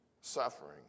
suffering